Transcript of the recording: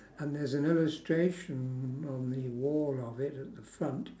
and there's an illustration on the wall of it at the front